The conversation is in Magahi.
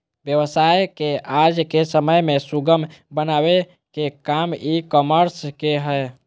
व्यवसाय के आज के समय में सुगम बनावे के काम ई कॉमर्स के हय